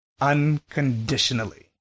unconditionally